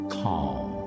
calm